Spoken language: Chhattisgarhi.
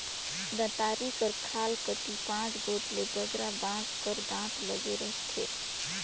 दँतारी कर खाल कती पाँच गोट ले बगरा बाँस कर दाँत लगे रहथे